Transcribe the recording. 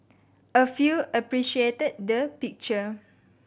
a few appreciated the picture